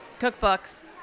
cookbooks